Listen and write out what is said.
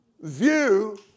view